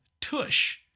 Tush